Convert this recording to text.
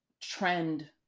Trend